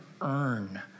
earn